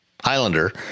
Islander